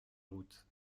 route